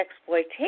exploitation